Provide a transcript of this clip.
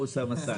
הוא אוסאמה סעדי.